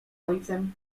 ojcem